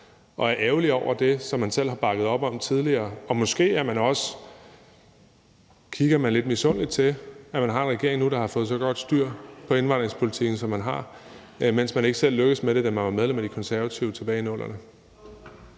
og er ærgerlig over det, som man selv har bakket op om tidligere. Måske kigger man også lidt misundeligt til, at der nu er en regering, der har fået så godt styr på indvandringspolitikken, som den har, mens man ikke selv lykkedes med det, da man var medlem af De Konservative tilbage i 00'erne.